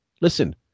listen